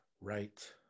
right